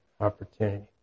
opportunity